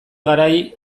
garai